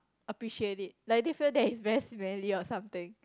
appreciate it like they feel that is very smelly or something